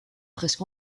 presque